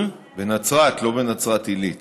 לא בנצרת עילית.